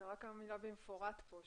רק המילה "במפורט".